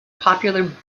popular